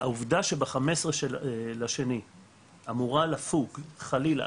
העובדה שב- 15.2 אמורה לפוג חלילה,